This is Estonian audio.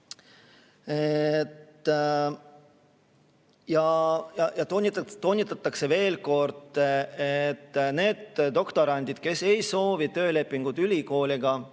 Toonitatakse veel kord, et sellised doktorandid, kes ei soovi töölepingut ülikooliga